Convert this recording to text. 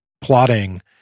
plotting